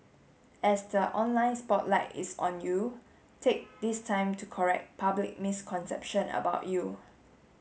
as the online spotlight is on you take this time to correct public misconception about you